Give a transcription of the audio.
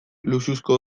luxuzko